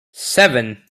seven